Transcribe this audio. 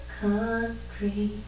concrete